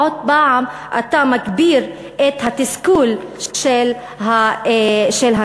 עוד פעם, אתה מגביר את התסכול של הנשים.